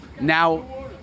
now